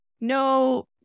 no